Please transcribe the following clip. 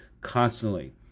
constantly